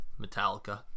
Metallica